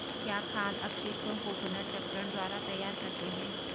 क्या खाद अपशिष्टों को पुनर्चक्रण द्वारा तैयार करते हैं?